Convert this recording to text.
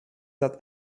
that